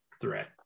threat